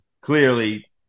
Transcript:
clearly